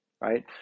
right